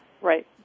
Right